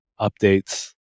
updates